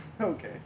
Okay